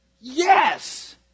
Yes